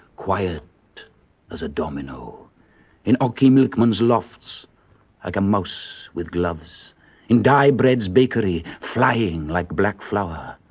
quiet as a domino in ocky milkman's lofts like a mouse with gloves in dai bread's bakery flying like black flour.